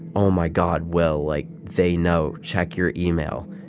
oh, my god. will, like, they know. check your email.